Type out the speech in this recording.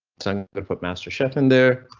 time to put master chef in there.